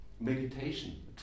meditation